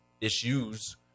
issues